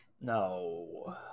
No